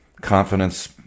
confidence